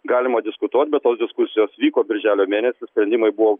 galima diskutuot bet tos diskusijos vyko birželio mėnesį sprendimai buvo